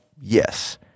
Yes